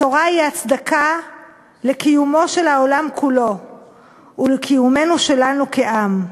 התורה היא ההצדקה לקיומו של העולם כולו ולקיומנו-שלנו כעם.